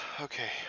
okay